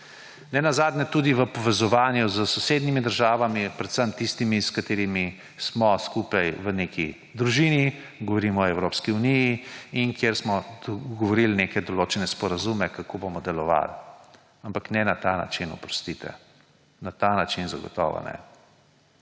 Nenazadnje tudi v povezovanju s sosednjimi državami, predvsem tistimi, s katerimi smo skupaj v neki družini, govorim o Evropski uniji, in kjer smo govorili neke določene sporazume, kako bomo delovali. Ampak ne na ta način, oprostite. Na ta način zagotovo ne.